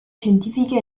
scientifiche